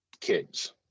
kids